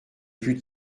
plus